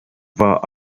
war